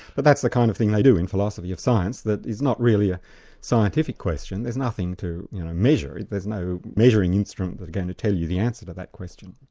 but that's the kind of thing they do in philosophy of science that is not really a scientific question there's nothing to measure, there's no measuring instrument that's going to tell you the answer to that question.